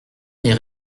est